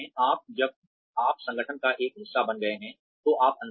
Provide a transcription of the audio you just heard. अब जब आप संगठन का एक हिस्सा बन गए हैं तो आप अंदर हैं